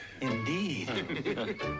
Indeed